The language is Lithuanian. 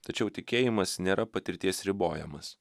tačiau tikėjimas nėra patirties ribojamas